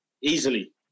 Easily